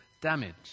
Damage